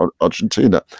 Argentina